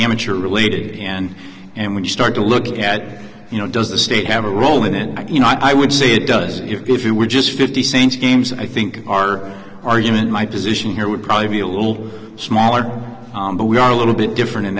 amateur related and and when you start to look at you know does the state have a role in it you know i would say it does if you were just fifty saints games i think our argument my position here would probably be a little smaller but we are a little bit different in